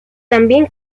también